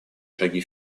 шаги